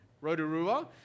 Rotorua